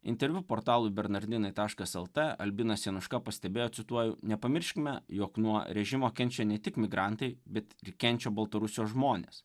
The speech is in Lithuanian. interviu portalui bernardinai taškas lt albinas januška pastebėjo cituoju nepamirškime jog nuo režimo kenčia ne tik migrantai bet ir kenčia baltarusijos žmonės